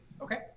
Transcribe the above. Okay